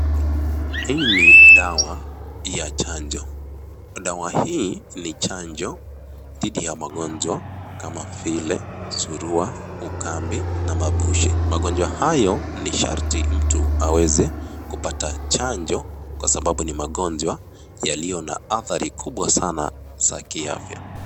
Hii ni dawa ya chanjo. Dawa hii ni chanjo dhidi ya magonjwa kama vile surua, ukambi na mabushi. Magonjwa hayo ni sharti mtu aweze kupata chanjo kwa sababu ni magonjwa yaliona adhari kubwa sana za kiafya.